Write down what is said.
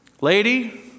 Lady